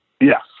yes